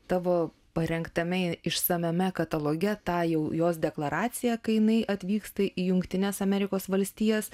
tavo parengtame išsamiame kataloge tą jau jos deklaraciją kai jinai atvyksta į jungtines amerikos valstijas